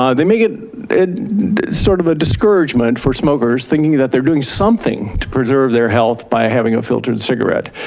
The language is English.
um they make it it sort of a discouragement for smokers thinking that they're doing something to preserve their health by having a filtered cigarette.